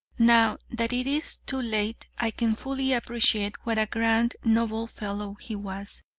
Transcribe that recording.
now, that it is too late, i can fully appreciate what a grand, noble fellow he was.